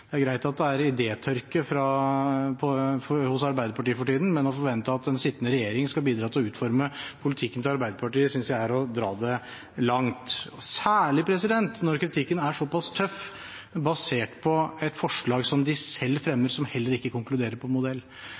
Det er greit at det er idétørke hos Arbeiderpartiet for tiden, men å forvente at en sittende regjering skal bidra til å utforme politikken til Arbeiderpartiet synes jeg er å dra det langt, særlig når kritikken er såpass tøff basert på et forslag som de selv fremmer som heller ikke konkluderer på modell.